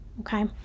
Okay